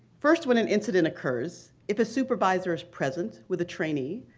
first, when an incident occurs if a supervisor is present with a trainee,